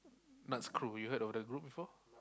nut screw you heard of that group before